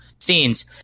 scenes